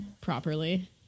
properly